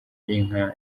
inka